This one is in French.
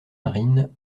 marine